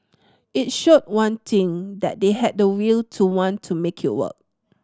it showed one thing that they had the will to want to make it work